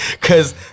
Cause